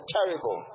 Terrible